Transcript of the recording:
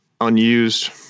unused